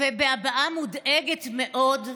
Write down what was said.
בהבעה מודאגת מאוד.